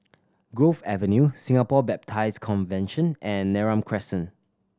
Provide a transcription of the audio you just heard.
Grove Avenue Singapore Baptist Convention and Neram Crescent